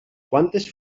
quantes